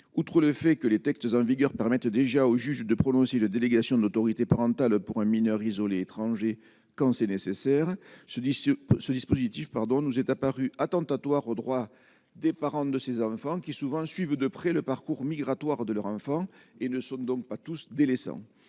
outre le fait que les textes en vigueur permettent déjà aux juges de prononcer le délégation d'autorité parentale pour un mineur isolé étranger quand c'est nécessaire, je dis : ce dispositif pardon nous est apparu attentatoire au droit des parents de ces enfants qui souvent suivent de près le parcours migratoire de leur enfant et ne sont donc pas tous, délaissant